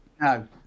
No